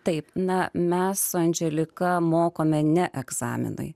taip na mes su andželika mokome ne egzaminai